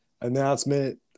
announcement